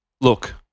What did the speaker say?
look